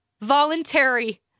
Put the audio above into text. Voluntary